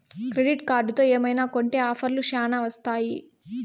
credit కార్డుతో ఏమైనా కొంటె ఆఫర్లు శ్యానా వత్తాయి